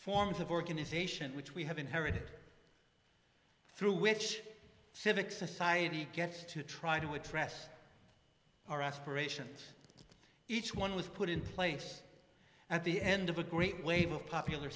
forms of organisation which we have inherited through which civic society gets to try to address our aspirations each one was put in place at the end of a great wave of popular